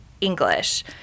english